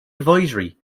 advisory